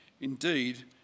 Indeed